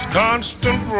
constant